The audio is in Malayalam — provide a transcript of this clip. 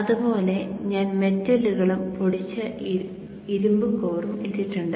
അതുപോലെ ഞാൻ മെറ്റലുകളും പൊടിച്ച ഇരുമ്പ് കോറും ഇട്ടിട്ടുണ്ട്